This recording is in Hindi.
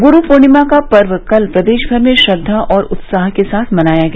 गुरू पूर्णिमा का पर्व कल प्रदेश भर में श्रद्वा और उत्साह के साथ मनाया गया